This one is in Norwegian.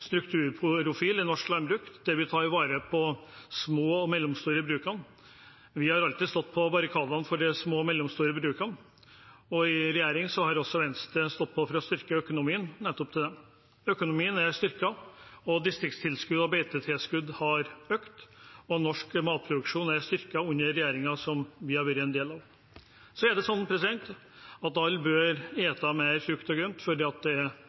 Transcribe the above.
i norsk landbruk, der vi tar vare på de små og mellomstore brukene. Vi har alltid stått på barrikadene for de små og mellomstore brukene, og i regjering har Venstre også stått på for å styrke økonomien til nettopp dem. Økonomien er styrket, distriktstilskudd og beitetilskudd har økt, og norsk matproduksjon er styrket under regjeringen vi er en del av. Alle bør ete mer frukt og grønt, for det er bra for kloden, det er bra for bonden, og det er